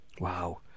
Wow